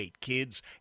kids